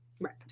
Right